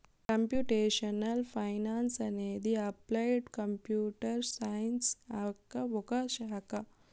computational finance అనేది applied computer science యొక్క ఒక శాఖ